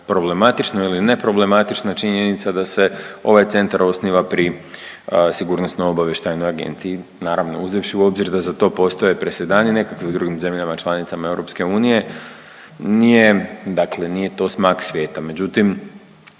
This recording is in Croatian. problematična ili neproblematična činjenica da se ovaj centar osniva pri sigurnosno-obavještajnoj agenciji naravno uzevši u obzir da za to postoje presedani. U nekakvim drugim zemljama članicama EU nije, dakle nije to smak svijeta. Međutim,